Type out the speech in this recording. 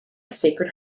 sacred